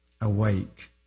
awake